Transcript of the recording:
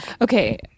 Okay